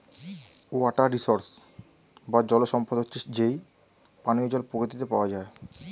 water resource বা জল সম্পদ হচ্ছে যেই পানিও জল প্রকৃতিতে পাওয়া যায়